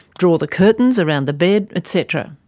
draw the curtains around the bed, et cetera.